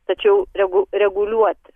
tačiau regu reguliuoti